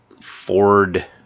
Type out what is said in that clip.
Ford